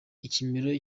ikimero